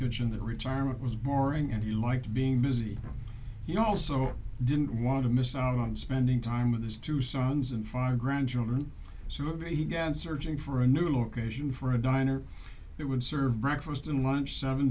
kitchen the retirement was boring and he liked being busy you also didn't want to miss out on spending time with his two sons and fog round children so he got searching for a new location for a diner it would serve breakfast and lunch seven